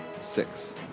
six